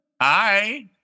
Hi